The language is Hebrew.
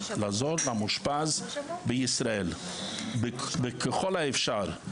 לעזור למאושפז בישראל וככל האפשר.